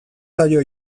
zaio